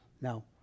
Now